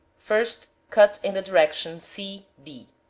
first cut in the direction c, b.